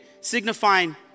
signifying